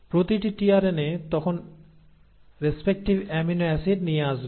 প্রতিটি টিআরএনএ তখন respective amino acid নিয়ে আসবে